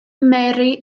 mary